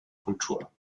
kultur